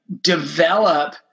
develop